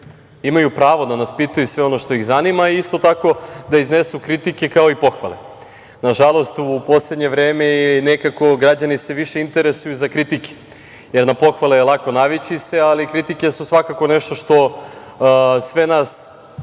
imaju pravo da nas pitaju sve ono što ih zanima i isto tako da iznesu kritike, kao i pohvale. Nažalost, u poslednje vreme nekako se građani više interesuju za kritike, jer na pohvale je lako navići se, ali kritike su svakako nešto što sve nas